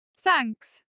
Thanks